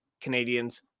Canadians